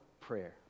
prayer